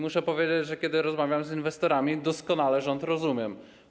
Muszę powiedzieć, że kiedy rozmawiam z inwestorami, doskonale rozumiem rząd.